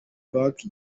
pariki